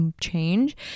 change